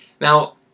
Now